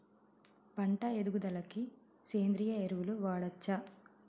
పంట ఎదుగుదలకి సేంద్రీయ ఎరువులు వాడచ్చా?